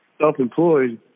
self-employed